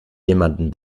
jemanden